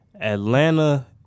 Atlanta